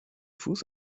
fuß